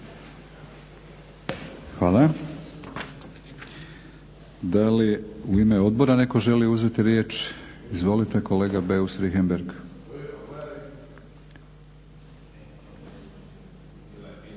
Hvala. Da li u ime odbora netko želi uzeti riječ? Izvolite, kolega Beus Richembergh.